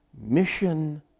mission